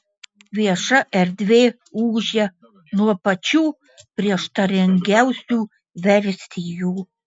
vieša erdvė ūžia nuo pačių prieštaringiausių versijų